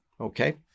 okay